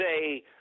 say